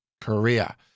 korea